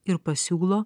ir pasiūlo